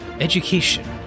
education